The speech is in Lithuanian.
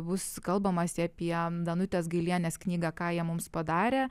bus kalbamasi apie danutės gailienės knygą ką jie mums padarė